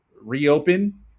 reopen